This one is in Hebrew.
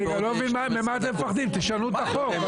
אני לא מבין ממה אתם מפחדים, תשנו את החוק.